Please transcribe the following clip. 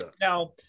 Now